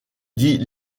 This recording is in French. dit